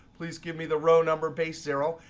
please give me the row number base zero,